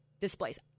displays